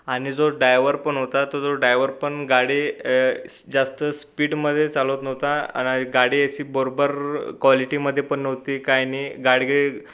आणि जो डायवर पण होता तो जो डायवर पण गाडी स् जास्त स्पीटमध्ये चालवत नव्हता आणि आय गाडी अशी बरोबर कॉलिटीमध्ये पण नव्हती काय नाही गाडगीळ